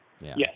Yes